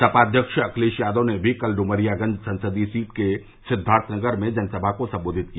सपा अध्यक्ष अखिलेश यादव ने भी कल डुमरियागंज संसदीय सीट के सिद्वार्थनगर में जनसभा को संबोधित किया